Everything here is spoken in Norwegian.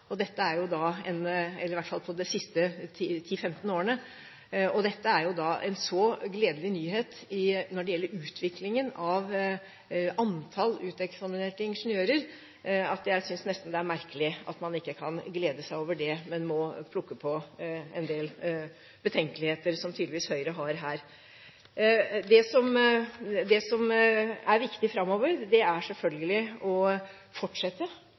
eller i hvert fall på de siste 10–15 årene. Dette er en så gledelig nyhet når det gjelder utviklingen av antall uteksaminerte ingeniører, at jeg synes nesten det er merkelig at man ikke kan glede seg over det, men må plukke på en del betenkeligheter, som tydeligvis Høyre har her. Det som er viktig framover, er selvfølgelig å fortsette